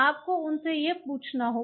आपको उनसे यह पूछना होगा